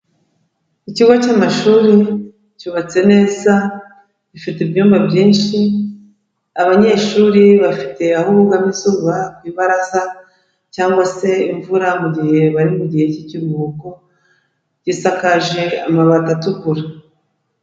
Ikigo cyamashuri, cyubatse neza, gifite ibyumba byinshi, abanyeshuri bafite aho bugama izuba ku ibaraza cyangwa se imvura mu gihe bari mu gihe cy'ikiruhuko, gisakaje amabati atukura.